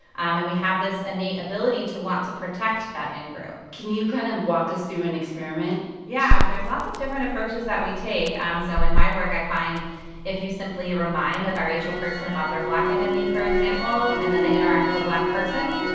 um and we have this innate ability to want to protect that in-group can you kind of walk us through an experiment? yeah. there's lots of different approaches that we take. um so in my work, i find if you simply remind a biracial person about their black identity, for example, and then they interact with a black person,